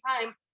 time